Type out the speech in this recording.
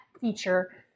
feature